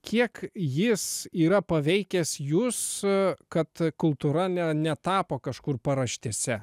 kiek jis yra paveikęs jus kad kultūra ne ne tapo kažkur paraštėse